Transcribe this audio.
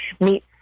meet